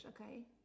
okay